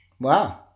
wow